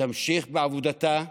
תמשיך בעבודתה,